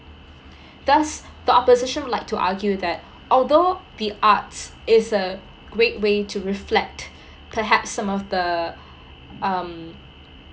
thus the opposition would like to argue that although the arts is a great way to reflect perhaps some of the um